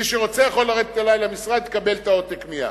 מי שרוצה יכול לרדת אלי למשרד ויקבל את העותק מייד,